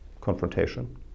confrontation